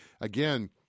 again